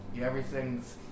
Everything's